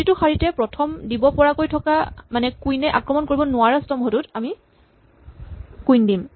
প্ৰতিটো শাৰীৰে প্ৰথম দিব পৰাকৈ থকা মানে কুইন এ আক্ৰমণ কৰিব নোৱাৰা স্তম্ভটোত আমি কুইন দিম